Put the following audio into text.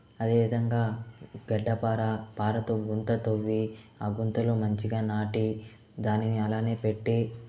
అదేవిధంగా గడ్డపార పారతో గుంత తవ్వి ఆ గుంతలో మంచిగా నాటి దానిని అలానే పెట్టి